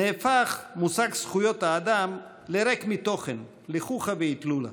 נהפך מושג זכויות האדם לריק מתוכן, לחוכא ואטלולא.